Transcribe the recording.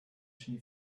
she